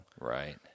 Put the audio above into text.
Right